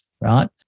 right